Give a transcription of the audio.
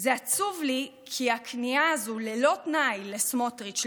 זה עצוב לי כי הכניעה הזו ללא תנאי לסמוטריץ',